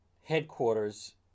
headquarters